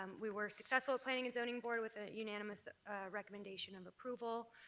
um we were successful at planning and zoning board with a unanimous recommendation of approval.